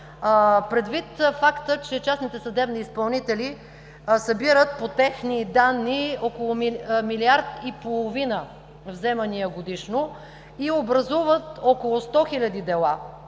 Предвид факта, че частните съдебни изпълнители събират по техни данни около милиард и половина вземания годишно и образуват около сто хиляди дела,